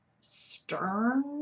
stern